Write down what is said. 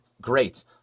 great